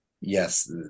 Yes